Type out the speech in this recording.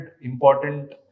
important